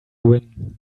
win